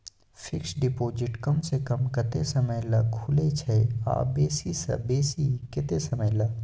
Fixed deposit कम स कम कत्ते समय ल खुले छै आ बेसी स बेसी केत्ते समय ल?